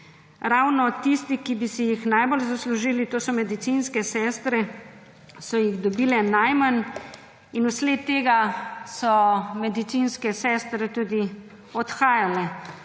Ravno tisti, ki bi si jih najbolj zaslužili, to so medicinske sestre, so jih dobile najmanj. Vsled tega so medicinske sestre tudi odhajale,